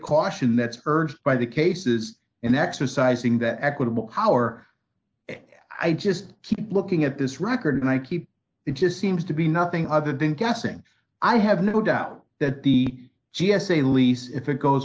caution that's urged by the cases in exercising that equitable power and i just keep looking at this record and i keep it just seems to be nothing other than guessing i have no doubt that the g s a lease if it goes